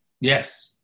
Yes